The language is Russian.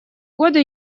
года